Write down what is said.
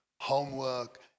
homework